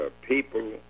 people